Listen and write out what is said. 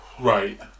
Right